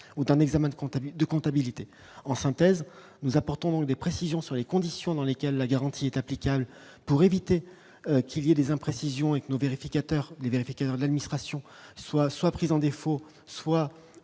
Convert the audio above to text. de comptable de comptabilité. En synthèse, nous apportons des précisions sur les conditions dans lesquelles la garantie est applicable pour éviter qu'il y a des imprécisions avec nos vérificateurs des vérificateurs de l'administration soit soit prise en défaut soit